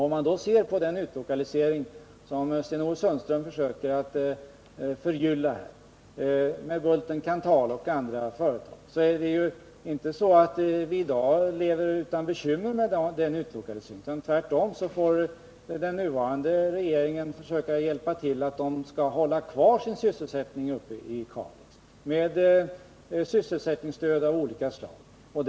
Om man ser på den utlokalisering av Bulten-Kanthal och andra företag som Sten-Ove Sundström försöker att förgylla finner man att det inte är så att vi i dag lever utan bekymmer med den utlokaliseringen. Tvärtom får den nuvarande regeringen med sysselsättningsstöd av olika slag försöka hjälpa till för att dessa företag skall hålla kvar sin sysselsättning uppe i Kalix.